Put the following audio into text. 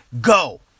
go